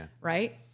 right